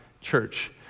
church